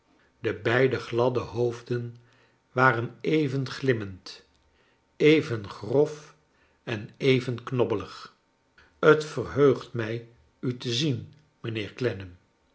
de beide gladde hoofden waren even glimmend even grof en even knobbelig t verheugt mij u te zien